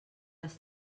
les